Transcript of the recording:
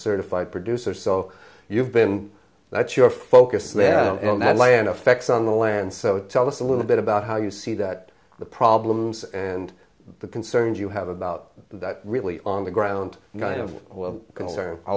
certified producer so you've been that you're focused on that land affects on the land so tell us a little bit about how you see that the problems and the concerns you have about that really on the ground